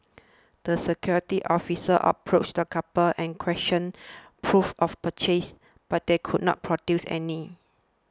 the security officer approached the couple and requested proof of purchase but they could not produce any